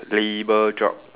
labour job